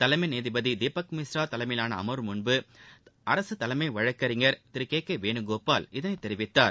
தலைமை நீதிபதி தீபக் மிஸ்ரா தலைமையிலான அமர்வு முன்பு அரசு தலைமை வழக்கறிஞர் திரு கே கே வேணுகோபால் இதனை தெரிவித்தார்